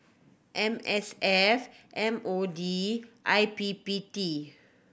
M S F M O D and I P P T